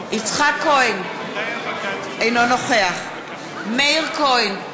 כהן, אינו נוכח מאיר כהן,